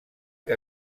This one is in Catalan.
que